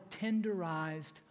tenderized